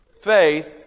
faith